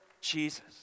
Jesus